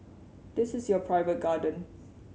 this is your private garden